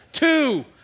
Two